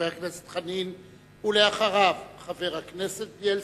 חבר הכנסת חנין, ואחריו, חבר הכנסת בילסקי.